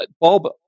Bob